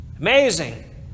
Amazing